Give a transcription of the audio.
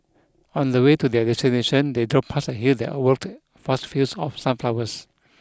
on the way to their destination they drove past a hill that overlooked vast fields of sunflowers